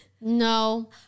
no